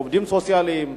עובדים סוציאליים,